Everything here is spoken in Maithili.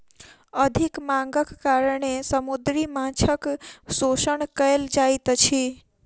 अधिक मांगक कारणेँ समुद्री माँछक शोषण कयल जाइत अछि